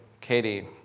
Katie